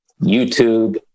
YouTube